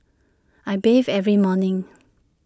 I bathe every morning